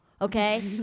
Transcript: Okay